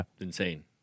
insane